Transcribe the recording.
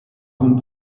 con